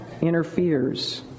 Interferes